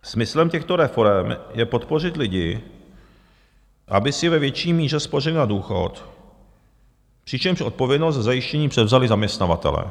Smyslem těchto reforem je podpořit lidi, aby si ve větší míře spořili na důchod, přičemž odpovědnost za zajištění převzali zaměstnavatelé.